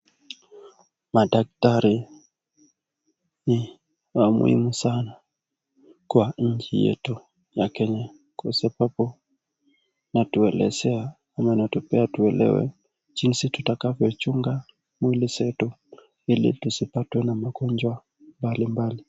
Madaktari ni wa muhimu sana kwa nchi yetu la Kenya kwa sababu wanatuelezea ama wanatupea tuelewe jinsi tutakavyo chunga mwili nzetu ili tusipatwe na magonjwa mbalimbali.